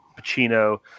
Pacino